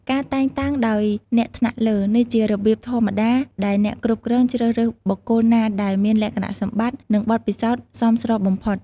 ការតែងតាំងដោយអ្នកថ្នាក់លើ នេះជារបៀបធម្មតាដែលអ្នកគ្រប់គ្រងជ្រើសរើសបុគ្គលណាដែលមានលក្ខណៈសម្បត្តិ និងបទពិសោធន៍សមស្របបំផុត។